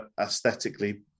aesthetically